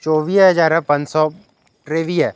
चोवीह हज़ार पंज सौ टेवीह